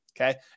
okay